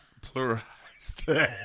pluralized